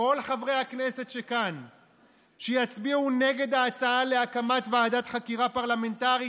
כל חברי הכנסת כאן שיצביעו נגד ההצעה להקמת ועדת חקירה פרלמנטרית,